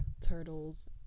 turtles